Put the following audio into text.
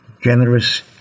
generous